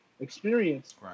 experience